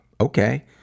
Okay